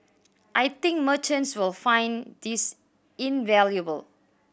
I think merchants will find this invaluable